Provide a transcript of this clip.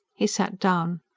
he sat down.